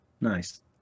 Nice